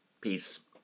Peace